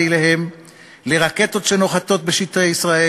נחת אף "קסאם"